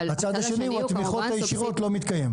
והצד השני שהוא התמיכות הישירות לא מתקיים.